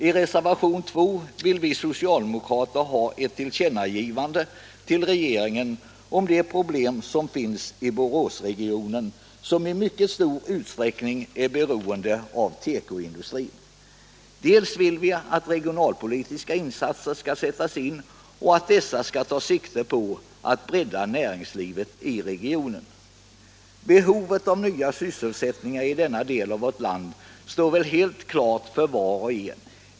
I reservationen 2 vill vi socialdemokrater ha ett tillkännagivande till regeringen om de problem som finns i Boråsregionen, som i mycket stor utsträckning är beroende av tekoindustrin. Vi vill att regionalpolitiska insatser skall sättas in och att dessa skall ta sikte på att bredda näringslivet i regionen. Behovet av nya sysselsättningar i denna del av vårt land står väl helt klart för var och en.